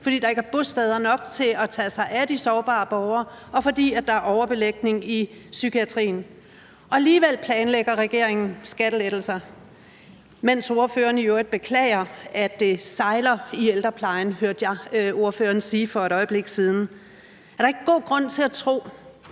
fordi der ikke er bosteder nok til at tage sig af de sårbare borgere, og fordi der er overbelægning i psykiatrien, og alligevel planlægger regeringen skattelettelser, mens ordføreren i øvrigt beklager, at det sejler i ældreplejen, som jeg hørte ordføreren sige det for et øjeblik siden. Er der ikke god grund til at tro,